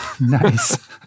nice